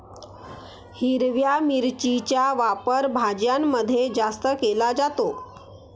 हिरव्या मिरचीचा वापर भाज्यांमध्ये जास्त केला जातो